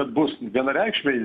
kad bus vienareikšmiai